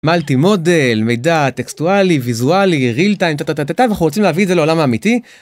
מלטי מודל, מידע טקסטואלי, ויזואלי ריל טיים, טה טה טה טה טה, ואנחנו רוצים להביא את זה לעולם האמיתי.